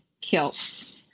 Kilts